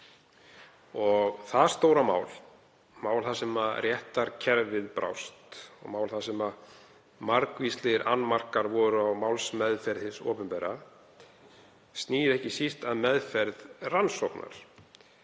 Það stóra mál, þar sem réttarkerfið brást og þar sem margvíslegir annmarkar voru á málsmeðferð hins opinbera, snýr ekki síst að meðferð rannsóknar.